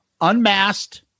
Unmasked